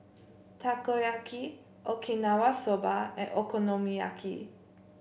Takoyaki Okinawa Soba and Okonomiyaki